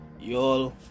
y'all